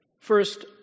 First